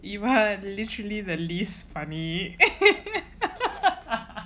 eva you are literally the least funny